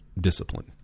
discipline